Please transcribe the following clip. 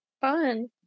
Fun